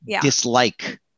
dislike